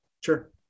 Sure